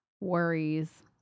worries